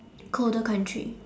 colder country